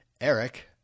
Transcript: Eric